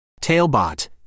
Tailbot